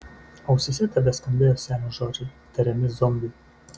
ausyse tebeskambėjo senio žodžiai tariami zombiui